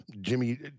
Jimmy